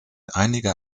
einiger